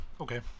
Okay